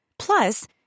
Plus